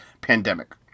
pandemic